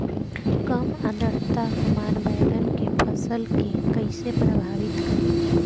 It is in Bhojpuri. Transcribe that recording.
कम आद्रता हमार बैगन के फसल के कइसे प्रभावित करी?